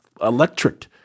electric